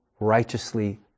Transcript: righteously